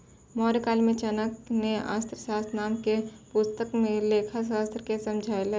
मौर्यकाल मे चाणक्य ने अर्थशास्त्र नाम के पुस्तक मे लेखाशास्त्र के समझैलकै